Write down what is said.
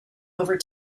over